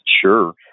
Sure